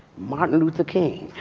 martin luther, king.